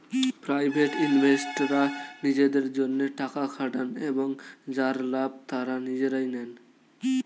private ইনভেস্টররা নিজেদের জন্যে টাকা খাটান এবং যার লাভ তারা নিজেরাই নেন